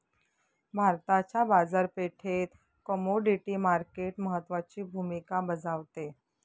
भारताच्या बाजारपेठेत commodity market महत्त्वाची भूमिका बजावते